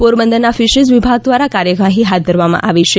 પોરબંદરના ફિશરીઝ વિભાગ દ્વારા કાર્યવાહી હાથ ધરવામાં આવી છે